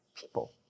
people